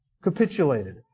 capitulated